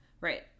Right